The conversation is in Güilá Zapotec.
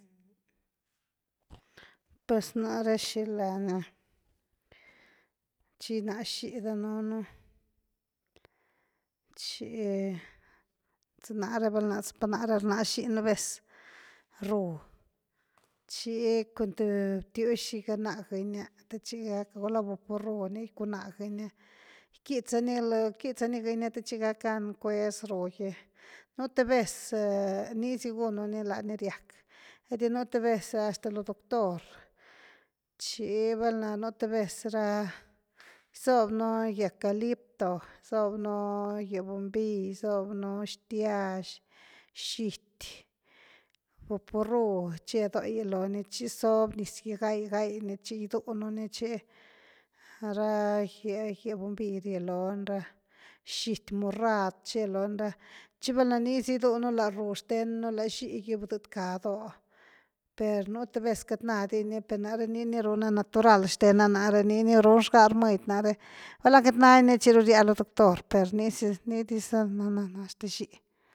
Ps nare shilani ni chi ginas zhi’i danunú chi shy nare val nare sipa nare rnas zhi’i nu vez ruú chi cun thy btiuzh gybana’ gnia, te chi gak gula vaporuni gycuna’a gnia gyquixa ni gnia te chi gakgan cuez ruu gy nn- th vez nisy gununi lani riak enty nu th vez hasta lo doctor, chi val na nu th vez ra gysobnu gyucalipto gysobnu gyee bombill gysobnu xtiazh, zhi’ti, vaporu che doi loni chi sob niz guii gaigaini chi gydununi chi ra gyee bombill rieeloni ra zhiti morad che loni ra, chi val na nizi gydunu la ruu zhtenu la zhi’i gy bdidka doo, per nu th vez cat nadi ni per nare ni ni runa natural shtena nare ni-ni runzhga’ rmedy nare val na quiit nani ni chi ria’ lo doctor per ni diz nana na shten zhi’i.